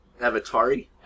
Avatari